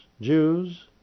Jews